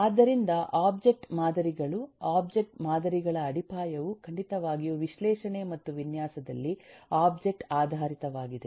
ಆದ್ದರಿಂದ ಒಬ್ಜೆಕ್ಟ್ ಮಾದರಿಗಳು ಒಬ್ಜೆಕ್ಟ್ ಮಾದರಿಗಳ ಅಡಿಪಾಯವು ಖಂಡಿತವಾಗಿಯೂ ವಿಶ್ಲೇಷಣೆ ಮತ್ತು ವಿನ್ಯಾಸದಲ್ಲಿ ಒಬ್ಜೆಕ್ಟ್ ಆಧಾರಿತವಾಗಿದೆ